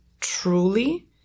truly